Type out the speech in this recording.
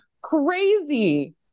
crazy